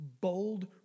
bold